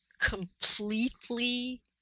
completely